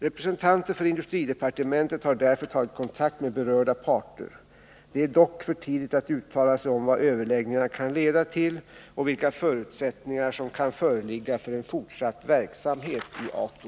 Representanter för industridepartementet har därför tagit kontakt med berörda parter. Det är dock för tidigt att uttala sig om vad överläggningarna kan leda till och vilka förutsättningar som kan föreligga för en fortsatt verksamhet i Ato.